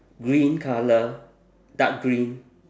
green colour dark green